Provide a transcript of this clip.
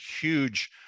huge